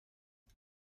est